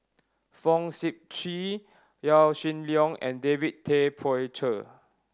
Fong Sip Chee Yaw Shin Leong and David Tay Poey Cher